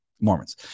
mormons